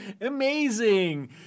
amazing